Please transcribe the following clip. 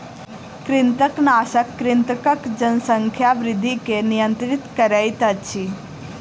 कृंतकनाशक कृंतकक जनसंख्या वृद्धि के नियंत्रित करैत अछि